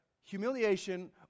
humiliation